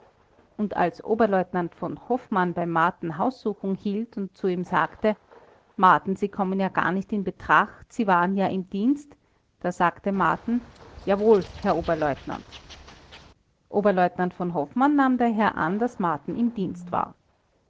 und als oberleutnant v hofmann bei marten haussuchung hielt und zu ihm sagte marten sie kommen ja gar nicht in betracht sie waren ja im dienst da sagte marten jawohl herr oberleutnant oberleutnant v hofmann nahm daher an daß marten im dienst war